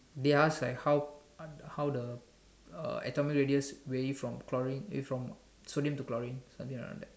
they ask like how uh how the uh atomic radius vary from chlorine eh from sodium to chlorine something around that